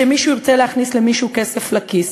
שמישהו ירצה להכניס למישהו כסף לכיס.